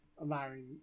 Allowing